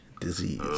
disease